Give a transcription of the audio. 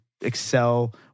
excel